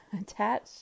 attach